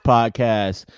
Podcast